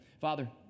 Father